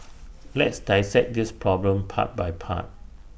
let's dissect this problem part by part